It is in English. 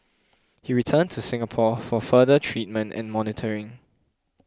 he returned to Singapore for further treatment and monitoring